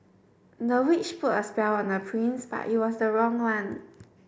the witch put a spell on the prince but it was the wrong one